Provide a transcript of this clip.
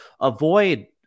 avoid